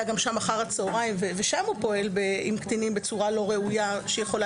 גם שם אחר הצהריים ושם הוא פועל עם קטינים בצורה לא ראויה שיכולה